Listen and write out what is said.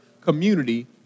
community